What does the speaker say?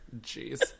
Jeez